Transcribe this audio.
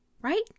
Right